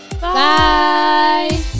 Bye